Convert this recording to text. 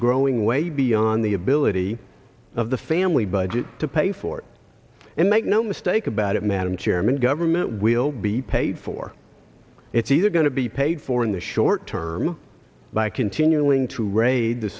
growing way beyond the ability of the family budget to pay for it and make no mistake about it madam chairman government will be paid for it's either going to be paid for in the short term by continuing to raid the